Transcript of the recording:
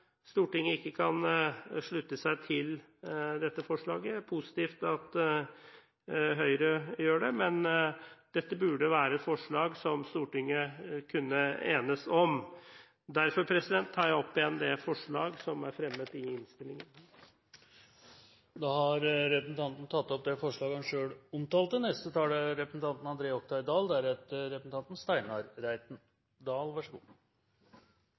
Stortinget ikke kan slutte seg til dette forslaget. Det er positivt at Høyre gjør det, men dette burde være et forslag som Stortinget kunne enes om. Derfor tar jeg opp igjen det forslaget som er fremmet i innstillingen. Representanten Hans Frode Kielland Asmyhr har tatt opp det forslaget han